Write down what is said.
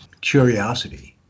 curiosity